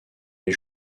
les